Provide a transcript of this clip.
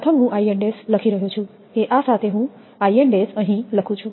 પ્રથમ હું 𝐼𝑛′ લખી રહ્યો છું કે આ સાથે હું 𝐼𝑛′ અહીં લખું છું